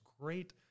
great